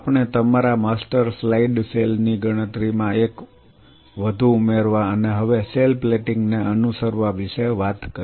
આપણે તમારા master slide સેલની ગણતરીમાં એક વધુ ઉમેરવા અને હવે સેલ પ્લેટિંગ ને અનુસરવા વિશે વાત કરી